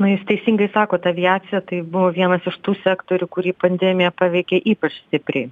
na jūs teisingai sakot aviacija tai buvo vienas iš tų sektorių kurį pandemija paveikė ypač stipriai